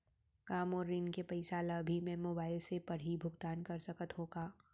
का मोर ऋण के पइसा ल भी मैं मोबाइल से पड़ही भुगतान कर सकत हो का?